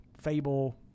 fable